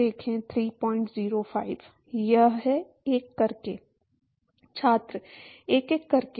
छात्र एक एक करके